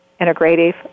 integrative